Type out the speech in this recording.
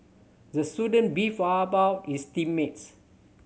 the student beefed about his team mates